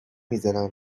میزدن